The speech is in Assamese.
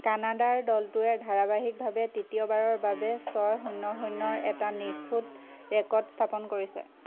কানাডাৰ দলটোৱে ধাৰাবাহিকভাৱে তৃতীয়বাৰৰ বাবে ছয় শূন্য শূন্যৰ এটা নিখুঁত ৰেকৰ্ড স্থাপন কৰিছে